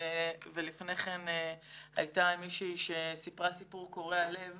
ולפני כן הייתה מישהי שסיפרה סיפור קורע לב